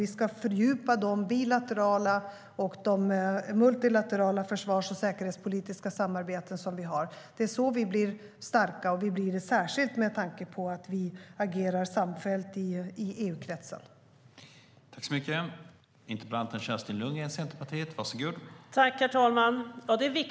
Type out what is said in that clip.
Vi ska fördjupa de bilaterala och multilaterala försvars och säkerhetspolitiska samarbeten som vi har. Det är så vi blir starka, särskilt när vi agerar samfällt i EU-kretsen.